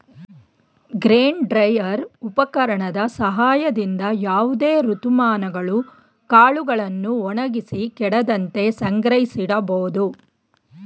grain dryer ಉಪಕರಣದ ಸಹಾಯದಿಂದ ಯಾವುದೇ ಋತುಮಾನಗಳು ಕಾಳುಗಳನ್ನು ಒಣಗಿಸಿ ಕೆಡದಂತೆ ಸಂಗ್ರಹಿಸಿಡಬೋದು